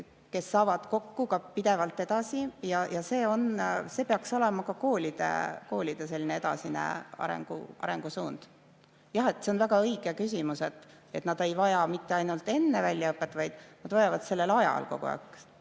kes saavad kokku ka pidevalt edasi. See peaks olema ka koolide selline edasine arengusuund. Jah, see on väga õige küsimus. Nad ei vaja mitte ainult enne väljaõpet, vaid nad vajavad sellel ajal kogu aeg